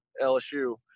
LSU